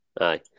Aye